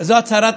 הצעת